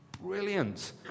Brilliant